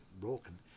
broken